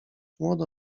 młode